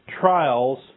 trials